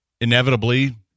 inevitably